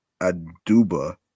Aduba